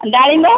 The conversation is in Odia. ଡାଳିମ୍ବ